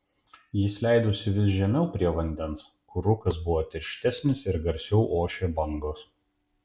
jis leidosi vis žemiau prie vandens kur rūkas buvo tirštesnis ir garsiau ošė bangos